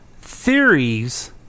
theories